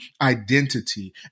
identity